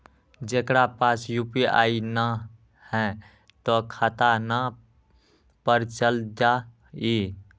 जेकरा पास यू.पी.आई न है त खाता नं पर चल जाह ई?